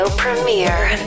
premiere